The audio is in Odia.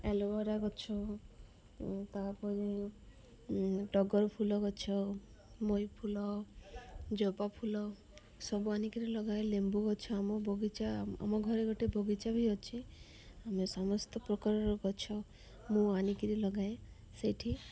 ଆଲୋବେରା ଗଛ ତା'ପରେ ଟଗର ଫୁଲ ଗଛ ମଇଫୁଲ ଜବା ଫୁଲ ସବୁ ଆଣି କରି ଲଗାଏ ଲେମ୍ବୁ ଗଛ ଆମ ବଗିଚା ଆମ ଘରେ ଗୋଟେ ବଗିଚା ବି ଅଛି ଆମେ ସମସ୍ତ ପ୍ରକାରର ଗଛ ମୁଁ ଆଣି କରି ଲଗାଏ ସେଇଠି